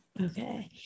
Okay